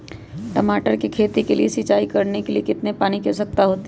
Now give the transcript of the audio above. टमाटर की खेती के लिए सिंचाई करने के लिए कितने पानी की आवश्यकता होती है?